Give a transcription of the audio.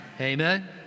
Amen